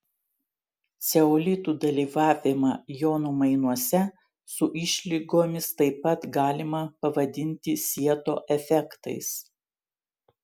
ceolitų dalyvavimą jonų mainuose su išlygomis taip pat galima pavadinti sieto efektais